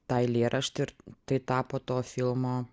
tą eilėraštį ir tai tapo to filmo